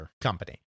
company